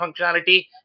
functionality